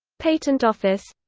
patent office